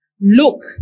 Look